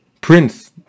prince